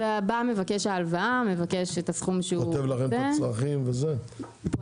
בא מבקש ההלוואה, מבקש את הסכום שהוא רוצה.